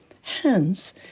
Hence